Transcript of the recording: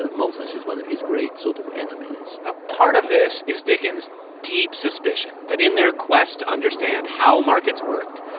ah malthus is one of his great sort of enemies now, part of this is dickens' deep suspicion that in their quest to understand how markets worked,